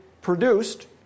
produced